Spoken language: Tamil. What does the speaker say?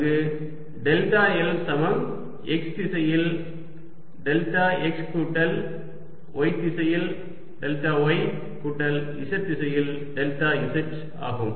அங்கு டெல்டா l சமம் x திசையில் டெல்டா x கூட்டல் y திசையில் டெல்டா y கூட்டல் z திசையில் டெல்டா z ஆகும்